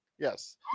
Yes